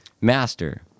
Master